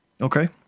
Okay